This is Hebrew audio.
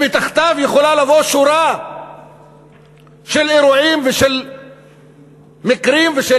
שמתחתיו יכולה לבוא שורה של אירועים ושל מקרים ושל